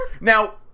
Now